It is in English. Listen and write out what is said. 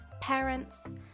parents